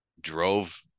drove